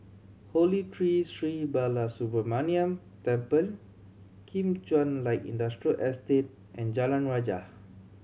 Holy Tree Sri Balasubramaniar Temple Kim Chuan Light Industrial Estate and Jalan Rajah